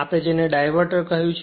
આપણે જેને ડાયવર્ટર કહ્યું છે